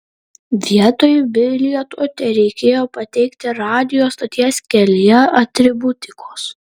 vietoj bilieto tereikėjo pateikti radijo stoties kelyje atributikos